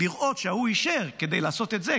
לראות שההוא אישר כדי לעשות את זה,